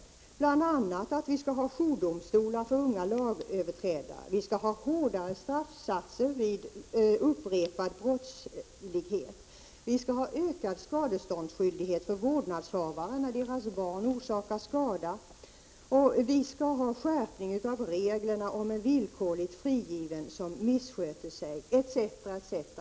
Det gäller bl.a. att vi skall ha jourdomstolar för unga lagöverträdare, hårdare straffsatser vid upprepade brott, ökad skadeståndsskyldighet för vårdnadshavare när deras barn orsakar skada och skärpning av reglerna om en villkorligt frigiven person missköter sig.